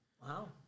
Wow